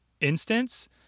instance